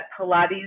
Pilates